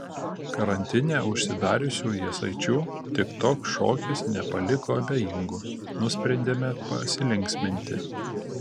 karantine užsidariusių jasaičių tiktok šokis nepaliko abejingų nusprendėme pasilinksminti